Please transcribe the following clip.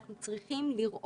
אנחנו צריכים לראות